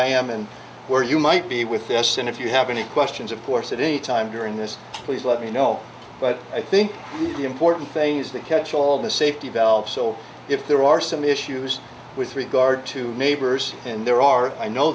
i am and where you might be with us and if you have any questions of course at any time during this please let me know but i think the important thing is the catch all the safety valve so if there are some issues with regard to neighbors and there are i know